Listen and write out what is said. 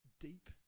deep